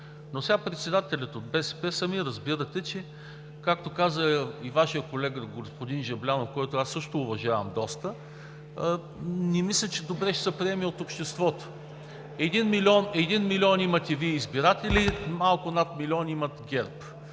Но председателят да е от БСП – сами разбирате, че както каза и Вашият колега господин Жаблянов, който аз също уважавам доста, не мисля, че добре ще се приеме от обществото. Един милион избиратели имате Вие, малко над милион имат ГЕРБ.